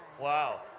Wow